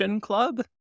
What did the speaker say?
Club